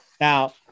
Now